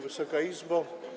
Wysoka Izbo!